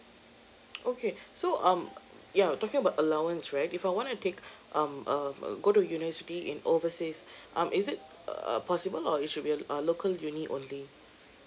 okay so um yeah talking about allowance right if I wanna take um uh go to university in overseas um is it err possible or it should be a local uni~ only